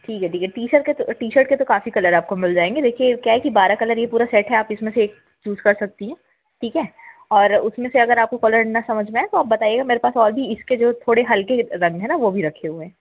ठीक है ठीक है टी शर्ट का तो टी शर्ट के तो काफ़ी कलर आपके मिल जाएँगे देखिए क्या है कि बारह कलर यह पूरा सेट है आप इसमें से एक चूज़ कर सकती हैं ठीक है और उसमें से अगर आपको कलर ना समझ में आए तो आप बताइएगा मेरे पास और भी इसके जो थोड़े हल्के रंग हैं ना वह भी रखे हुए हैं